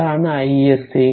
അതാണ് iSC